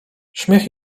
śmiech